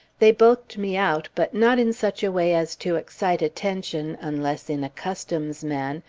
they bulked me out, but not in such a way as to excite attention, unless in a customs man,